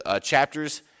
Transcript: chapters